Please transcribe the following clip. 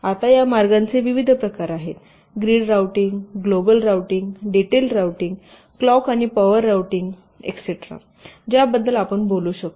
आता या मार्गांचे विविध प्रकार आहेत grid routing global routing detail routing clock आणि पॉवर राउटिंग एस्टेरा ज्याबद्दल आपण बोलू शकतो